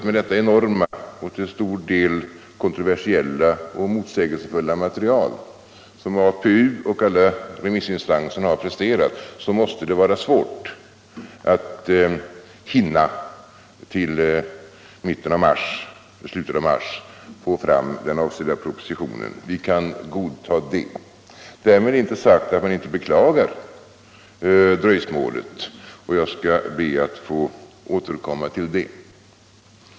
Med det enorma och till stor del kontroversiella och motsägelsefulla material som APU och alla remissinstanser har presterat måste det vara svårt att till slutet av mars hinna få fram den avsedda propositionen. Vi kan godta denna förklaring. Därmed är inte sagt att man inte beklagar dröjsmålet, och jag skall be att få återkomma till detta.